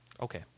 Okay